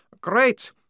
Great